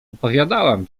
opowiadałam